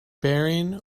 bearing